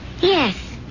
yes